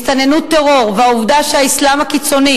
הסתננות הטרור והעובדה שהאסלאם הקיצוני